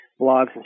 blogs